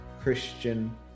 christian